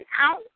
out